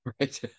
Right